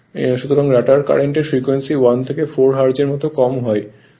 সুতরাং রটার কারেন্টের ফ্রিকোয়েন্সি 1 থেকে 4 হার্জের মতো কম হয়